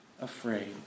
afraid